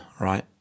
right